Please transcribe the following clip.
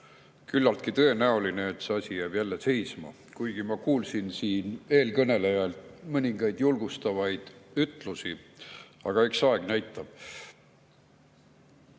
küllalt tõenäoline, et see asi jääb jälle seisma. Kuigi ma kuulsin siin eelkõnelejalt mõningaid julgustavaid ütlusi, eks aeg näitab. Esiteks